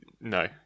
No